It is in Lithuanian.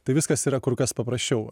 tai viskas yra kur kas paprasčiau